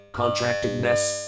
contractedness